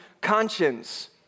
conscience